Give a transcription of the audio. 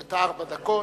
את ארבע הדקות.